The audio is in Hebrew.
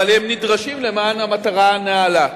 אבל הם נדרשים למען המטרה הנעלה,